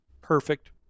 perfect